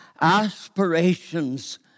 aspirations